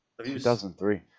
2003